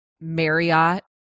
Marriott